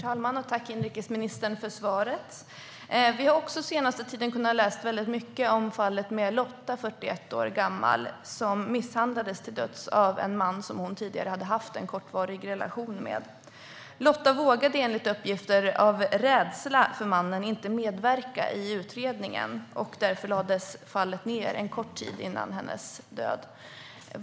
Herr talman! Tack, inrikesministern, för svaret! Vi har den senaste tiden kunnat läsa väldigt mycket om fallet med 41åriga Lotta, som misshandlades till döds av en man som hon tidigare hade haft en kortvarig relation med. Lotta vågade enligt uppgifter av rädsla för mannen inte medverka i utredningen, och därför lades fallet ned en kort tid före hennes död.